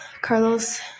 Carlos